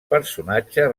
personatge